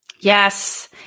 Yes